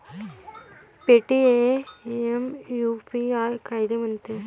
Paytm UPI कायले म्हनते?